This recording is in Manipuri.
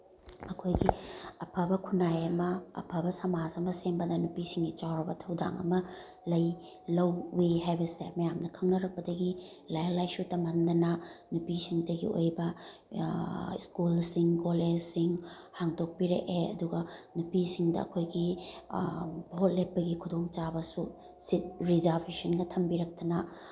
ꯑꯩꯈꯣꯏꯒꯤ ꯑꯐꯕ ꯈꯨꯅꯥꯏ ꯑꯃ ꯑꯐꯕ ꯁꯃꯥꯖ ꯑꯃ ꯁꯦꯝꯕꯗ ꯅꯨꯄꯤꯁꯤꯡꯒꯤ ꯆꯥꯎꯔꯕ ꯊꯧꯗꯥꯡ ꯑꯃ ꯂꯩ ꯂꯧꯋꯤ ꯍꯥꯏꯕꯁꯦ ꯃꯌꯥꯝꯅ ꯈꯪꯅꯔꯛꯄꯗꯒꯤ ꯂꯥꯏꯔꯤꯛ ꯂꯥꯏꯁꯨ ꯇꯝꯍꯟꯗꯅ ꯅꯨꯄꯤꯁꯤꯡꯇꯒꯤ ꯑꯣꯏꯕ ꯁ꯭ꯀꯨꯜꯁꯤꯡ ꯀꯣꯂꯦꯖꯁꯤꯡ ꯍꯥꯡꯗꯣꯛꯄꯤꯔꯛꯑꯦ ꯑꯗꯨꯒ ꯅꯨꯄꯤꯁꯤꯡꯗ ꯑꯩꯈꯣꯏꯒꯤ ꯚꯣꯠ ꯂꯦꯞꯄꯒꯤ ꯈꯨꯗꯣꯡ ꯆꯥꯕꯁꯨ ꯁꯤꯠ ꯔꯤꯖꯥꯔꯕꯦꯁꯟꯒ ꯊꯝꯕꯤꯔꯛꯇꯅ